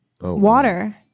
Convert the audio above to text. water